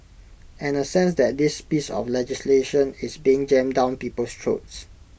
and A sense that this piece of legislation is being jammed down people's throats